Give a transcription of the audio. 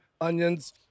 onions